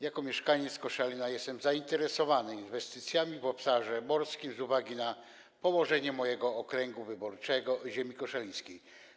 Jako mieszkaniec Koszalina jestem zainteresowany inwestycjami w obszarze morskim z uwagi na położenie mojego okręgu wyborczego, ziemi koszalińskiej.